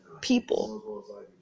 people